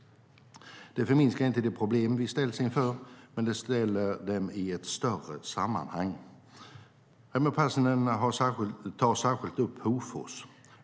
Det förminskar inte de problem vi ställs inför, men det sätter dem i ett större sammanhang. Raimo Pärssinen tar särskilt upp Hofors.